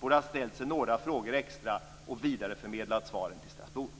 borde ha ställt sig några frågor extra och vidareförmedlat svaret till Strasbourg.